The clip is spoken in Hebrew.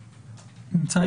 ישראל, בבקשה.